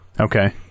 Okay